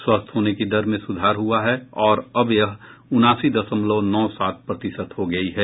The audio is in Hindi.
स्वस्थ होने की दर में सुधार हुआ है और अब यह उनासी दशमलव नौ सात प्रतिशत हो गयी है